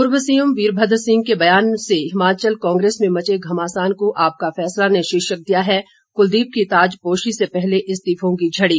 पूर्व सीएम वीरभद्र सिंह के बयान से हिमाचल कांग्रेस में मचे घमासान को आपका फैसला ने शीर्षक दिया है कुलदीप की ताजपोशी से पहले इस्तीफों की झड़ी